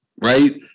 right